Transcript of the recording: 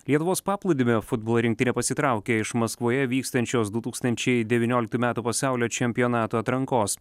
lietuvos paplūdimio futbolo rinktinė pasitraukė iš maskvoje vykstančios du tūkstančiai devynioliktų metų pasaulio čempionato atrankos